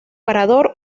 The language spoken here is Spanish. parador